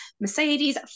mercedes